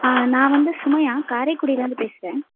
நான் வந்து சுமையா காரைக்குடிலேருந்து பேசுகிறேன்